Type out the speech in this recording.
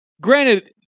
granted